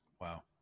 Wow